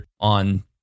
on